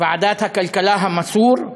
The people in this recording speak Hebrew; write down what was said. ועדת הכלכלה המסור,